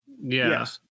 Yes